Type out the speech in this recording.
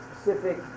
specific